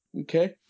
Okay